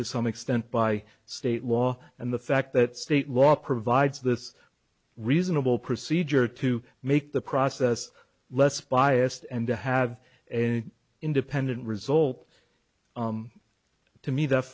to some extent by state law and the fact that state law provides this reasonable procedure to make the process less biased and to have an independent result to me th